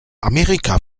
amerika